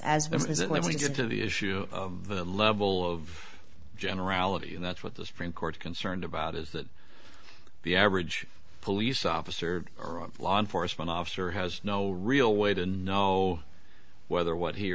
as when we get to the issue of the level of generality and that's what the supreme court concerned about is that the average police officer or law enforcement officer has no real way to know whether what he